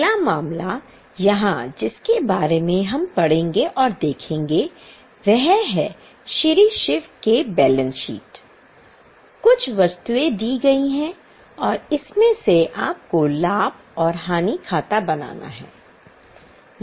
अगला मामला यहाँ जिसके बारे में हम पढ़ेंगे और देखेंगे वह है श्री शिव के बैलेंस कुछ वस्तुएं दी गई हैं और इसमें से आपको लाभ और हानि खाता बनाना है